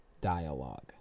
dialogue